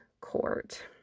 court